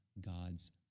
God's